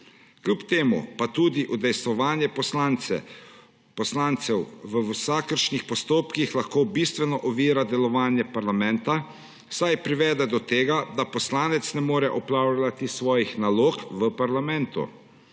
Kljub temu pa tudi udejstvovanje poslancev v vsakršnih postopkih lahko bistveno ovira delovanje parlamenta, saj privede do tega, da poslanec ne more opravljati svojih nalog v parlamentu.